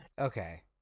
Okay